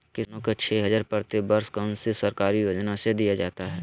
किसानों को छे हज़ार प्रति वर्ष कौन सी सरकारी योजना से दिया जाता है?